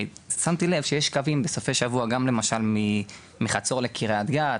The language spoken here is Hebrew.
ושמתי לב שיש קווים בסופי שבוע גם למשל מחצור לקרית גת,